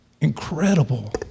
incredible